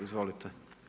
Izvolite.